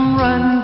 run